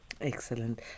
Excellent